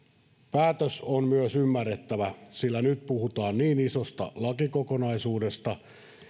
päätös on myös ymmärrettävä sillä nyt puhutaan niin isosta lakikokonaisuudesta